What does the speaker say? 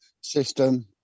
system